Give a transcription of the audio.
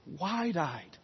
Wide-eyed